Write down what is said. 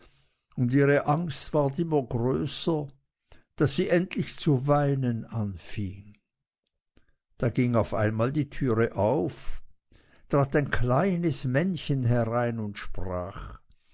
und ihre angst ward immer größer daß sie endlich zu weinen anfing da ging auf einmal die türe auf und trat ein kleines männchen herein und sprach